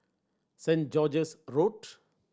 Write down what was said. Saint George's Road